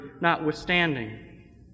notwithstanding